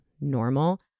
normal